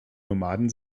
nomaden